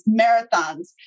marathons